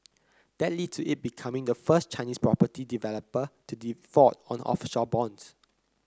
that lead to it becoming the first Chinese property developer to default on offshore bonds